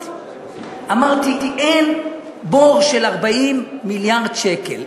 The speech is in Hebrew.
אמרתי: אין בור של 40 מיליארד שקל.